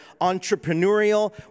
entrepreneurial